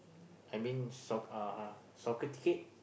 I mean soc~ uh soccer ticket